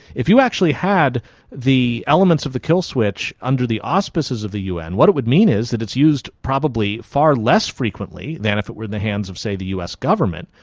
if you actually had the elements of the kill switch under the auspices of the un, what it would mean is that it's used probably far less frequently than if it were in the hands of, say, the us government,